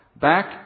back